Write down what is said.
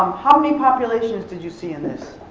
um how many populations did you see in this?